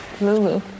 Lulu